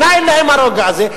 מנין להם הרוגע הזה?